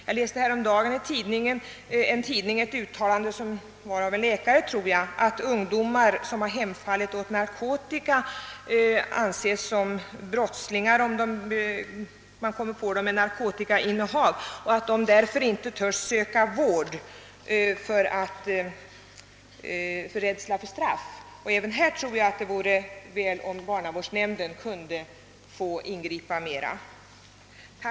Jag läste häromdagen i en tidning ett uttalande av en läkare att ungdomar, som har hemfallit åt narkotika, anses som brottslingar om man kommer på dem med narkotikainnehav och att de därför inte törs söka vård av rädsla för straff. Även i sådana fall tror jag att det vore bra om barnavårdsnämnden i stället gavs möjlighet att ingripa.